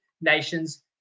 nations